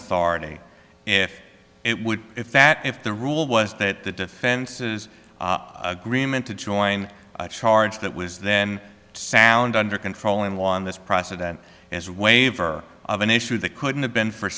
authority if it would if that if the rule was that the defense's agreement to join a charge that was then sound under control and on this process that is waiver of an issue that couldn't have been